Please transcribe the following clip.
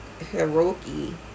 Hiroki